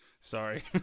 Sorry